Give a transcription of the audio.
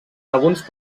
alguns